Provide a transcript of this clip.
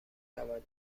رود